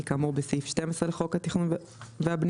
כאמור בסעיף 12 לחוק התכנון והבנייה,